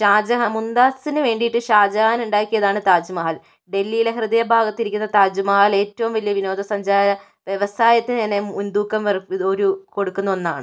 ഷാജഹാൻ മുംതാസിന് വേണ്ടിയിട്ട് ഷാജഹാൻ ഉണ്ടാക്കിയതാണ് താജ്മഹൽ ഡൽഹിയിലെ ഹൃദയഭാഗത്ത് ഇരിക്കുന്ന താജ്മഹൽ ഏറ്റവും വലിയ വിനോദസഞ്ചാര വ്യവസായത്തിന് തന്നെ മുൻതൂക്കം ഒരു കൊടുക്കുന്ന ഒന്നാണ്